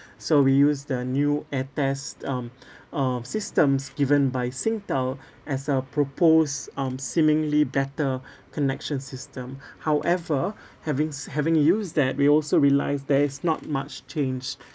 so we use the new airties um uh systems given by Singtel as a proposed um seemingly better connection system however having's having used that we also realise there is not much change